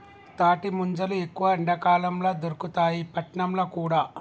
తాటి ముంజలు ఎక్కువ ఎండాకాలం ల దొరుకుతాయి పట్నంల కూడా